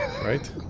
Right